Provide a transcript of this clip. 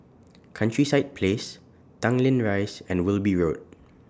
Countryside Place Tanglin Rise and Wilby Road